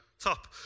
Top